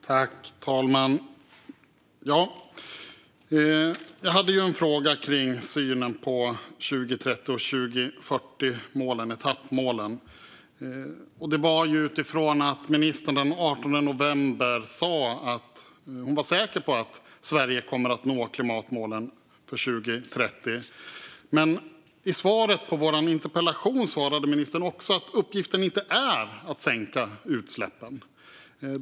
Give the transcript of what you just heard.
Fru talman! Jag hade en fråga om synen på etappmålen för 2030 och 2040 utifrån att ministern den 18 november sa att hon var säker på att Sverige kommer att nå klimatmålen för 2030. Men i svaret på interpellationen svarade ministern också att uppgiften inte är att sänka utsläppen.